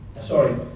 Sorry